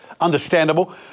understandable